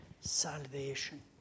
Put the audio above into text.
salvation